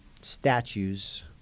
statues